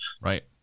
right